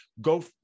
Go